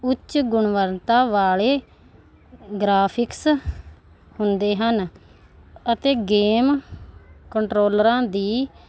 ਉੱਚ ਗੁਣਵੱਤਾ ਵਾਲੇ ਗ੍ਰਾਫਿਕਸ ਹੁੰਦੇ ਹਨ ਅਤੇ ਗੇਮ ਕੰਟਰੋਲਰਾਂ ਦੀ